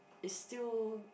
it's still